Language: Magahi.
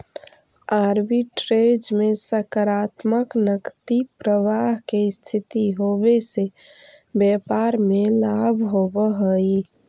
आर्बिट्रेज में सकारात्मक नकदी प्रवाह के स्थिति होवे से व्यापार में लाभ होवऽ हई